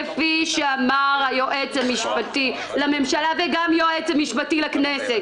כפי שאמר היועץ המשפטי לממשלה וגם היועץ המשפטי לכנסת.